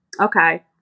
Okay